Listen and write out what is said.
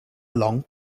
long